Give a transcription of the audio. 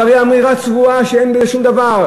זה הרי אמירה צבועה, אין בזה שום דבר.